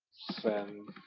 send